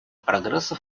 прогресса